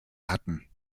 hatten